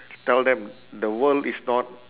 tell them the world is not